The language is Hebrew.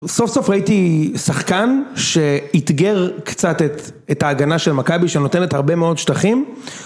סוף סוף ראיתי שחקן שאתגר קצת את ההגנה של מכבי שנותנת הרבה מאוד שטחים